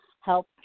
help